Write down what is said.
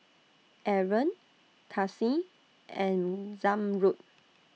Aaron Kasih and Zamrud